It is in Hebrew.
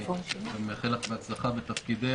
אני מאחל לך הצלחה בתפקידך.